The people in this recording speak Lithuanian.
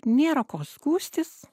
nėra ko skųstis